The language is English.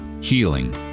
healing